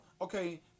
okay